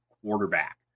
quarterback